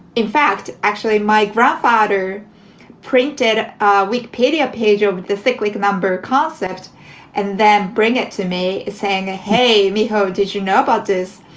in fact, actually, my grandfather printed wikipedia page over the thick week number concept and then bring it to me saying, ah hey, how did you know about this?